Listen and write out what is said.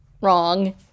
wrong